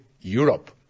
Europe